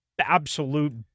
absolute